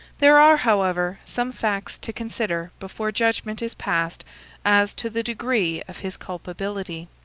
there are, however, some facts to consider before judgment is passed as to the degree of his culpability.